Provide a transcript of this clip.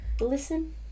Listen